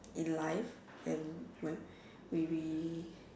in life and we we we